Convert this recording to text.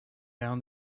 down